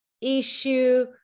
issue